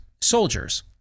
soldiers